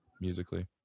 Musically